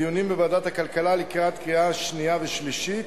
בדיונים בוועדת הכלכלה לקראת קריאה שנייה ושלישית,